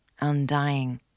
undying